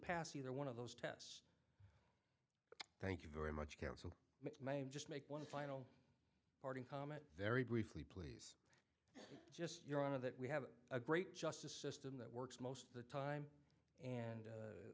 pass either one of those tests thank you very much counsel may just make one final parting comment very briefly please just your honor that we have a great justice system that works most of the time and